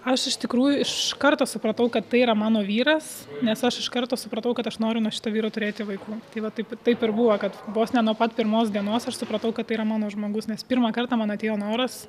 aš iš tikrųjų iš karto supratau kad tai yra mano vyras nes aš iš karto supratau kad aš noriu nuo šito vyro turėti vaikų tai vat taip taip ir buvo kad vos ne nuo pat pirmos dienos aš supratau kad tai yra mano žmogus nes pirmą kartą man atėjo noras